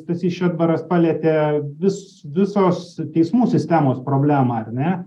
stasys šedbaras palietė vis visos teismų sistemos problemą ar ne